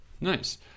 Nice